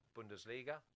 Bundesliga